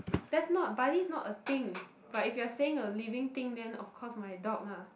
that's not but this not a thing but if you're saying a living thing then of course my dog lah